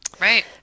right